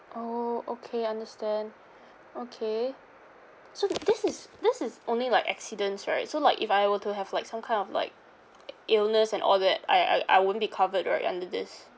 oh okay understand okay so the this is this is only like accidents right so like if I were to have like some kind of like illness and all that I I I won't be covered right under this